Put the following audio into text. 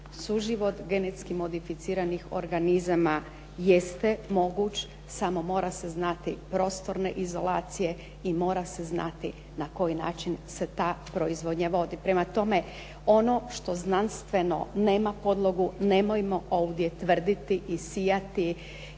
Suživot genetski modificiranih organizama jeste moguć samo mora se znati prostorne izolacije i mora se znati na koji način se ta proizvodnja vodi. Prema tome ono što znanstveno nema podlogu, nemojmo ovdje tvrditi i sijati